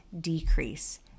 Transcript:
decrease